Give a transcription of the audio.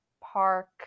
park